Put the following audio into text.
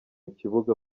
kibuga